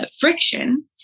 Friction